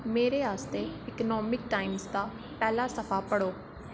मेरे आस्तै economic times दा पैह्ला सफा पढ़ो